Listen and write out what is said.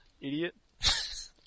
idiot